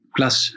plus